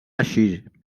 així